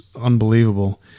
unbelievable